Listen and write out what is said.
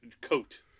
coat